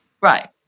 Right